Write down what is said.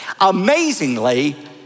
Amazingly